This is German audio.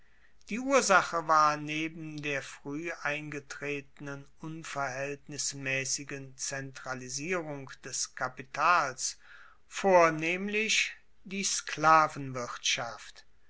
die ursache war neben der frueh eingetretenen unverhaeltnismaessigen zentralisierung des kapitals vornehmlich die